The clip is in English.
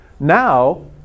Now